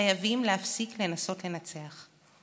חייבים להפסיק לנסות לנצח.